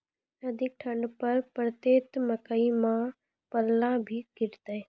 अधिक ठंड पर पड़तैत मकई मां पल्ला भी गिरते?